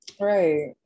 Right